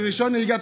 רישיון נהיגה,